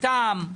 אותם?